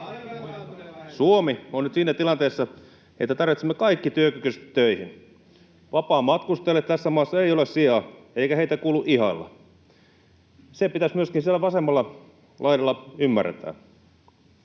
Suomi on nyt siinä tilanteessa, että tarvitsemme kaikki työkykyiset töihin. Vapaamatkustajille tässä maassa ei ole sijaa, eikä heitä kuulu ihailla. Se pitäisi myöskin siellä vasemmalla laidalla ymmärtää.